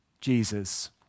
Jesus